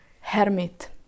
hermit